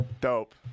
Dope